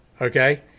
okay